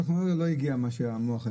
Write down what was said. הצמד הזה,